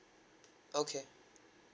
okay